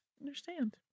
understand